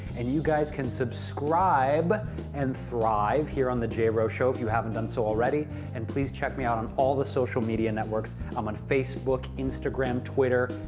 and you guys can subscribe but and thrive here on the j-wro show if you haven't done so already and please check me out on all the social media networks. i'm on facebook, instagram, twitter,